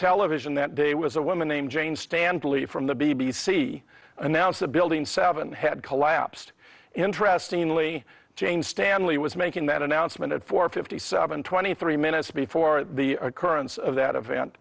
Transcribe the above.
television that day was a woman named jane standley from the b b c announced the building seven had collapsed interestingly jane stanley was making that announcement at four fifty seven twenty three minutes before the occurrence of that event